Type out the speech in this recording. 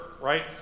right